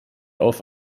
auf